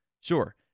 Sure